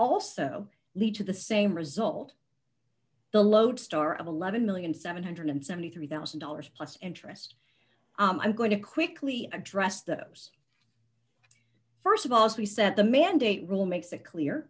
also lead to the same result the lodestar of eleven million seven hundred and seventy three thousand dollars plus interest i'm going to quickly address those st of all as we set the mandate rule makes it clear